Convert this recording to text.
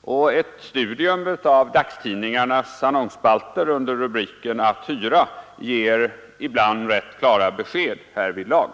och ett studium av dagstidningarnas annonsspalter under rubriken ”Att hyra” ger ibland ganska klara besked härvidlag.